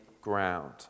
ground